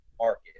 market